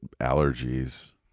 allergies